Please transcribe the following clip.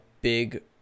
big